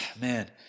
man